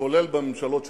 כולל בממשלות שלכם,